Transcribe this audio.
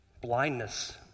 blindness